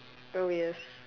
oh yes